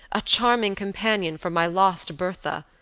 a charming companion for my lost bertha.